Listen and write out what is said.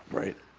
right.